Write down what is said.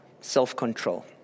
self-control